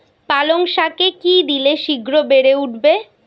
পালং শাকে কি দিলে শিঘ্র বেড়ে উঠবে?